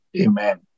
Amen